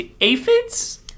aphids